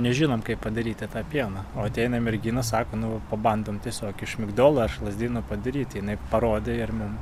nežinom kaip padaryti tą pieną ateina mergina sako nu pabandom tiesiog iš migdolo lazdynų padaryti jinai parodė ir mum